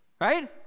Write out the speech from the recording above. right